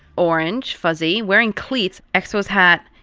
orange, fuzzy, wearing cleats, expos hat,